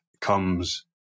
comes